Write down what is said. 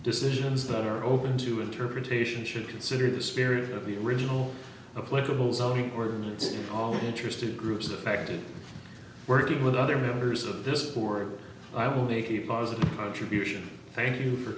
decisions that are open to interpretation should consider the spirit of the original political zoning ordinance all interested groups affected working with other members of this board i will make a positive contribution thank you for